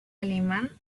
alemán